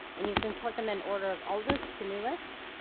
and you can click them in order of oldest to newest.